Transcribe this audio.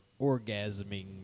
orgasming